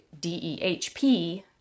DEHP